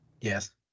yes